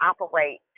operate